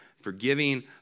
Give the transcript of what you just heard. forgiving